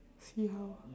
see how ah